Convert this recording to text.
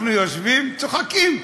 אנחנו יושבים וצוחקים.